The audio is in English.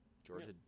Georgia